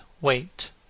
wait